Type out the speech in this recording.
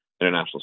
International